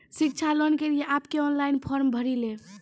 शिक्षा लोन के लिए आप के ऑनलाइन फॉर्म भरी ले?